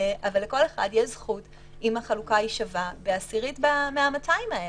אבל לכל אחד יש זכות אם החלוקה שווה בעשירית מה-200 האלה,